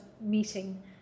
meeting